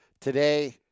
today